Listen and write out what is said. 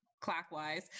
clockwise